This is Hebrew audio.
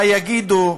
מה יגידו